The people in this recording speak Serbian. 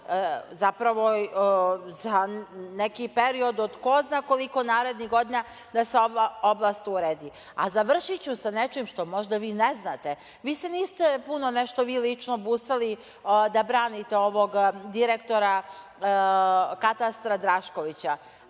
zapravo za neki period od ko zna koliko narednih godina da se ova oblast uredi. Završiću sa nečim što možda vi ne znate. Vi se niste puno, vi lično, busali da branite ovog direktora katastra Draškovića,